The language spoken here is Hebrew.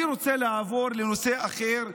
אני רוצה לעבור לנושא אחר,